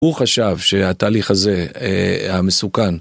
הוא חשב שהתהליך הזה המסוכן